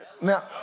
Now